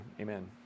Amen